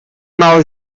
mal